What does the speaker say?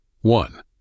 one